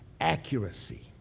accuracy